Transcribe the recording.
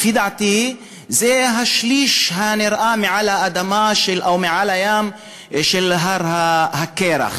לפי דעתי זה השליש הנראה מעל האדמה או מעל הים של הר הקרח.